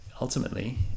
ultimately